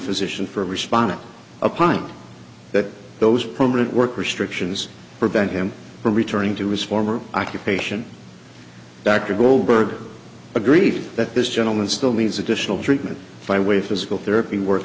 physician for a response to a crime that those permanent work restrictions prevent him from returning to his former occupation dr goldberg agreed that this gentleman still needs additional treatment by way of physical therapy work